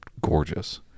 gorgeous